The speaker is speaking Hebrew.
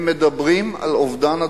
הם מדברים על אובדן הדרך.